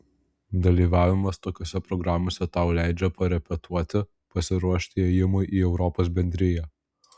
dalyvavimas tokiose programose tau leidžia parepetuoti pasiruošti ėjimui į europos bendriją